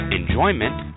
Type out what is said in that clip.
enjoyment